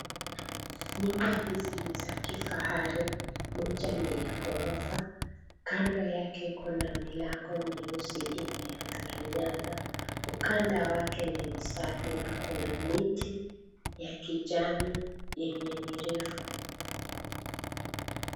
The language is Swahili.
Nyumba hizi ni za kifahari, moja ni ya ghorofa. Kando yake kuna milango myeusi imeangaliana. Ukanda wake ni safi na kuna miti ya kijani yenye ni refu.